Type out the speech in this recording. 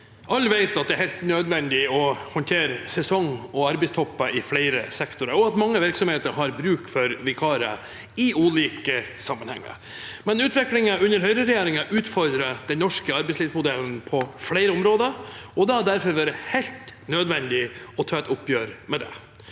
Alle vet at det er helt nødvendig å håndtere sesong- og arbeidstopper i flere sektorer, og at mange virksomheter har bruk for vikarer i ulike sammenhenger, men utviklingen under høyreregjeringen utfordrer den norske arbeidslivsmodellen på flere områder, og det har derfor vært helt nødvendig å ta et oppgjør med det.